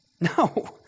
No